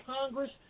Congress